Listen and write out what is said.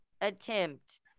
attempt